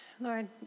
Lord